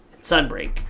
Sunbreak